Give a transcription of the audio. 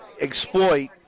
exploit